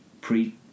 pre